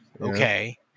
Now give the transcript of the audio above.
Okay